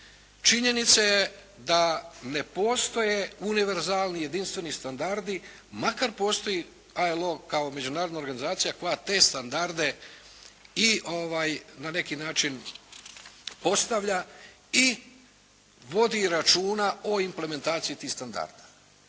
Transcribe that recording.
činjenica je da ne postoje univerzalni i jedinstveni standardi, makar postoji ILO kao međunarodna organizacija koja te standarde i na neki način postavlja i vodi računa o implementaciji tih standarda,